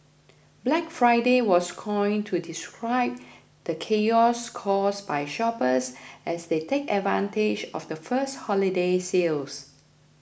Black Friday was coined to describe the chaos caused by shoppers as they take advantage of the first holiday sales